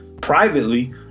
privately